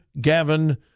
Gavin